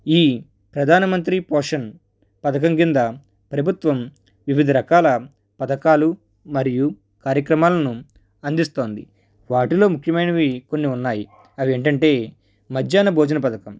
ఈ ప్రధానమంత్రి పోషన్ పథకం కింద ప్రభుత్వం వివిధ రకాల పథకాలు మరియు కార్యక్రమాలను అందిస్తుంది వాటిలో ముఖ్యమైనవి కొన్ని ఉన్నాయి అవి ఏమిటంటే మధ్యాహ్న భోజన పథకం